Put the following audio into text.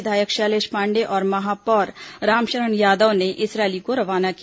विधायक शैलेष पांडे और महापौर रामशरण यादव ने इस रैली को रवाना किया